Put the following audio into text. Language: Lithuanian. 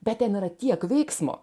bet ten yra tiek veiksmo